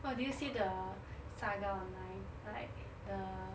oh did you see the saga online like the